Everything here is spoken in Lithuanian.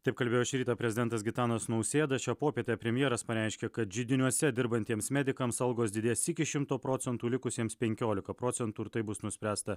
taip kalbėjo šį rytą prezidentas gitanas nausėda šią popietę premjeras pareiškė kad židiniuose dirbantiems medikams algos didės iki šimto procentų likusiems penkiolika procentų ir tai bus nuspręsta